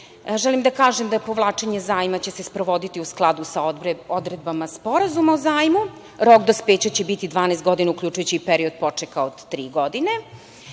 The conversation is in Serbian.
želim da kažem da će se povlačenje zajma sprovoditi u skladu sa odredbama sporazuma o zajmu. Rok dospeća će biti 12 godina, uključujući period počeka od tri godine.